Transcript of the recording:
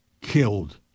killed